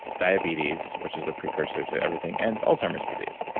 diabetes, which is a precursor to everything, and alzheimer's disease.